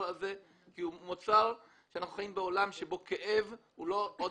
הזה כי הוא מוצר שאנחנו חיים בעולם שבו כאב הוא לא עוד